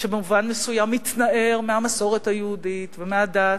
שבמובן מסוים מתנער מהמסורת היהודית ומהדת,